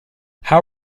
how